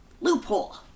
loophole